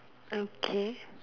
okay